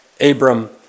Abram